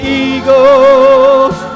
eagles